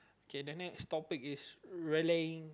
K the next topic is rallying